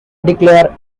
declare